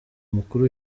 mukuru